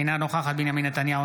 אינה נוכחת בנימין נתניהו,